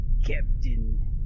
Captain